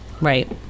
right